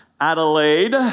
Adelaide